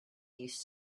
used